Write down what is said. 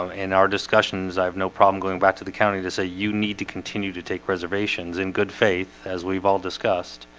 um in our discussions i have no problem going back to the county to say you need to continue to take reservations in good faith as we've all discussed